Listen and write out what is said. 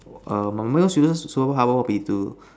err my most useless superpower would be to